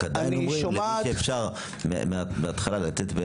רק עדיין אומרים לתת בתחליפים אחרים מההתחלה למי שאפשר,